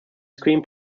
screen